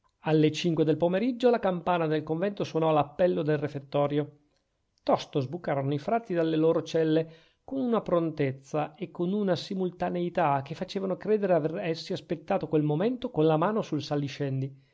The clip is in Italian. alle cinque del pomeriggio la campana del convento suonò l'appello al refettorio tosto sbucarono i frati dalle loro celle con una prontezza e con una simultaneità che facevano credere aver essi aspettato quel momento con la mano sul saliscendi